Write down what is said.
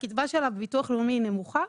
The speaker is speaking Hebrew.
הקצבה שלה בביטוח הלאומי היא נמוכה.